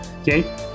okay